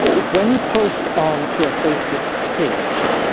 when you post onto a facebook page,